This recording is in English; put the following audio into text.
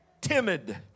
timid